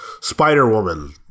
Spider-Woman